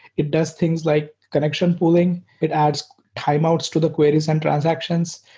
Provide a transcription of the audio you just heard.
it does things like connection pulling. it adds timeouts to the queries and transactions.